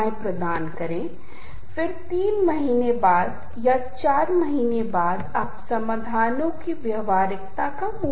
तो आप देखते हैं कि टेम्पो चीजों के अर्थ को बदल देता है जैसा कि मैंने कहा था और आप पाते हैं कि संगीत दोनों खुश और साथ साथ दुखद भावनाओं को भी बताने में सक्षम है